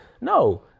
No